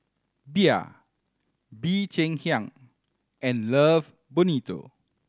Bia Bee Cheng Hiang and Love Bonito